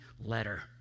letter